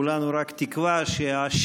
כולנו רק תקווה שהאשם,